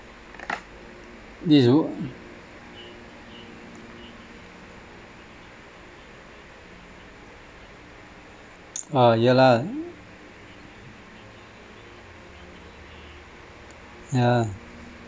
this is ah ya lah ya lah